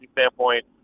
standpoint